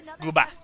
Goodbye